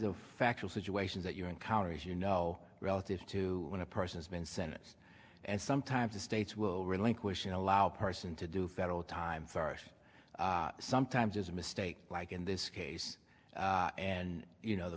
of factual situations that you encounter as you know relative to when a person has been sentenced and sometimes the states will relinquish and allow person to do federal time for sometimes is a mistake like in this case and you know the